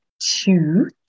two